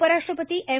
उपराष्ट्रपती एम